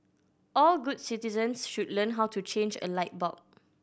all good citizens should learn how to change a light bulb